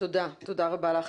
תודה רבה לך.